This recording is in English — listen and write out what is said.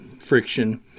friction